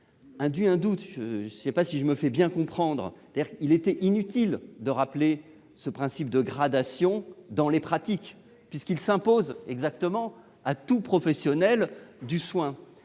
induit un doute- je ne sais pas si je me fais bien comprendre ... Il semble en effet inutile de rappeler ce principe de gradation dans les pratiques, puisqu'il s'impose à tous les professionnels du soin.